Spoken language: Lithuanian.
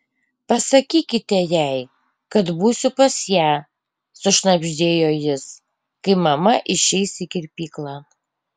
pasakykite jai kad būsiu pas ją sušnabždėjo jis kai mama išeis į kirpyklą